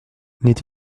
n’est